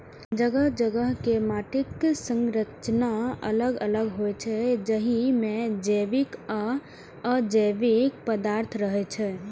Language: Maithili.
जगह जगह के माटिक संरचना अलग अलग होइ छै, जाहि मे जैविक आ अजैविक पदार्थ रहै छै